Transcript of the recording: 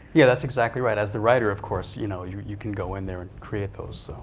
yeah that's exactly right. as the writer, of course, you know you you can go in there and create those.